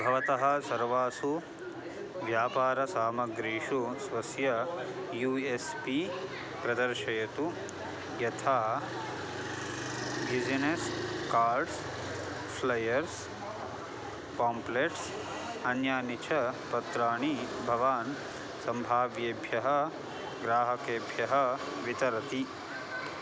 भवतः सर्वासु व्यापारसामग्रीषु स्वस्य यू एस् पी प्रदर्शयतु यथा बिज़िनेस् कार्ड्स् फ़्लेयर्स् पाम्प्लेट्स् अन्यानि च पत्राणि भवान् सम्भाव्येभ्यः ग्राहकेभ्यः वितरति